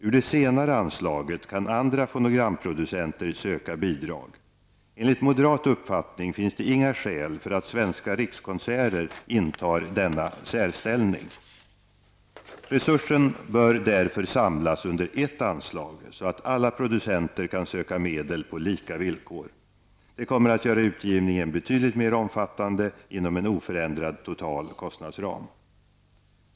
Ur det senare anslaget kan andra fonogramproducenter söka bidrag. Enligt moderat uppfattning finns det inga skäl för att Svenska rikskonserter intar denna särställning. Resurserna bör därför samlas under ett anslag, så att alla producenter kan söka medel på lika villkor. Det kommer att göra utgivningen betydligt mer omfattande inom en oförändrad total kostnadsram.